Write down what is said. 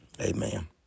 Amen